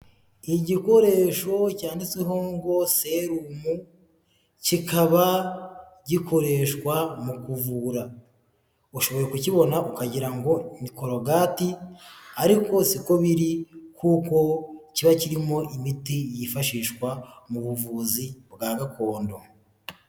Igikoresho cyanditsweho ngo serumu, kikaba gikoreshwa mu kuvura, ushoboye kukibona ukagira ngo ni korogati, ariko si ko biri kuko kiba kirimo imiti yifashishwa mu buvuzi bwa gakondo.